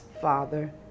Father